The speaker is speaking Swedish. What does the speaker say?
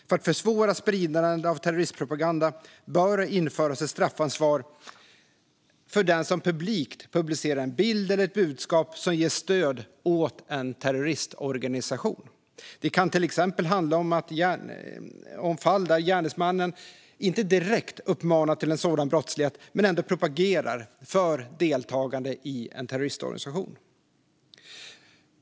För att försvåra spridandet av terroristpropaganda bör det införas ett straffansvar för den som publikt publicerar en bild eller ett budskap som ger stöd åt en terroristorganisation. Det kan till exempel handla om fall där gärningsmannen inte direkt uppmanar till sådan brottslighet men ändå propagerar för deltagande i terroristorganisationer.